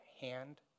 hand